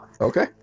okay